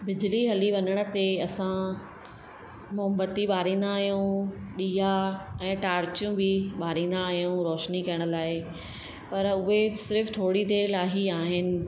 बिजली हली वञण ते असां मोमबती ॿारींदा आहियूं ॾीआ ऐं टॉर्चियूं बि ॿारींदा आहियूं रोशनी करण लाइ पर उहे सिर्फ़ु थोरी देरि लाइ ई आहिनि